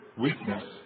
weakness